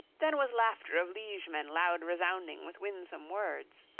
then was laughter of liegemen loud resounding with winsome words.